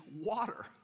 water